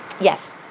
Yes